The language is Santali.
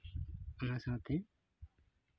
ᱚᱱᱟ ᱥᱟᱶᱛᱮ